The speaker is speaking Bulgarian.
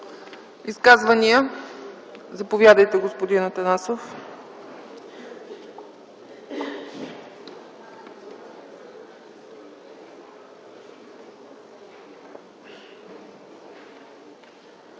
Изказвания? Заповядайте, господин Атанасов.